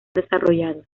desarrollados